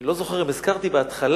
אני לא זוכר אם הזכרתי בהתחלה,